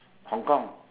Hong Kong